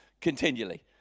continually